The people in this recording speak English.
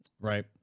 right